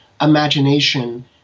imagination